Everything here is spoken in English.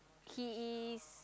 he is